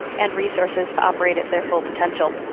and resources to operate at their full potential.